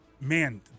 man